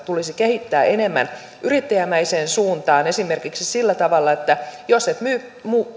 tulisi kehittää enemmän yrittäjämäiseen suuntaan esimerkiksi sillä tavalla että jos et myy